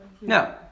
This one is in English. No